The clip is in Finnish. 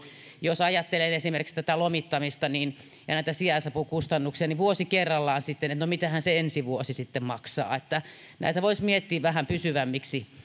jos ajattelen esimerkiksi tätä lomittamista ja näitä sijaisapukustannuksia niin vuosi kerrallaan sitten että no mitähän se ensi vuosi sitten maksaa näitä voisi miettiä vähän pysyvämmiksi